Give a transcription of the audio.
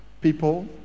people